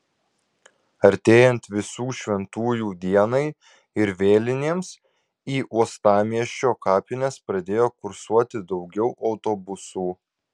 artėjant visų šventųjų dienai ir vėlinėms į uostamiesčio kapines pradėjo kursuoti daugiau autobusų